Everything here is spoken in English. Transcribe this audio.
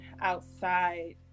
outside